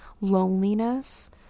loneliness